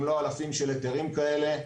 אם לא אלפים של היתרים כאלה.